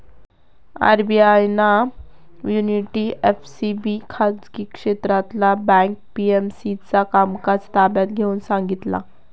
RBI ना unity SFB खाजगी क्षेत्रातला बँक पी.एम.सी चा कामकाज ताब्यात घेऊन सांगितला